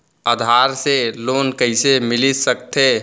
आधार से लोन कइसे मिलिस सकथे?